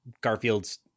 Garfield's